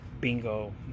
bingo